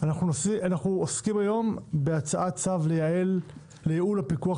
אנחנו עוסקים בהצעת צו לייעול הפיקוח